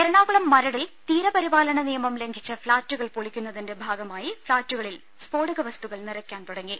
എറണാകുളം മരടിൽ തീരപരിപാലന നിയമം ലംഘിച്ച ഫ്ളാറ്റു കൾ പൊളിക്കുന്നതിന്റെ ഭാഗമായി ഫ്ളാറ്റൂകളിൽ സ്ഫോടക വസ്തു ക്കൾ നിറയ്ക്കാൻ തുടങ്ങി